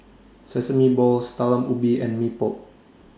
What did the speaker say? Sesame Balls Talam Ubi and Mee Pok